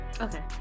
Okay